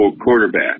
quarterback